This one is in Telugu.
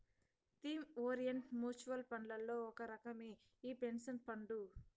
థీమ్ ఓరిఎంట్ మూచువల్ ఫండ్లల్ల ఒక రకమే ఈ పెన్సన్ ఫండు